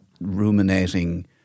ruminating